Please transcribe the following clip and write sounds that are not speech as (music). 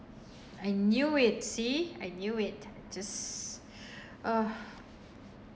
I knew it see I knew it just (breath) ah